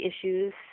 issues